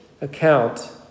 account